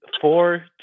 four